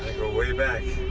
go way back.